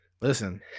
listen